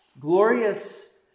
glorious